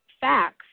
facts